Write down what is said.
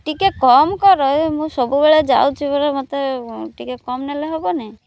ଟିକେ କମ୍ କର ଏ ମୁଁ ସବୁବେଳେ ଯାଉଛି ପରା ମୋତେ ଟିକେ କମ୍ ନେଲେ ହେବନି